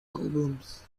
albums